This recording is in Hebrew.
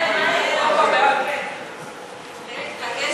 להעביר את הצעת